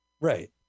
Right